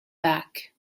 back